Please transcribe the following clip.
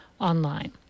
online